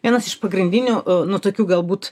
vienas iš pagrindinių nu tokių galbūt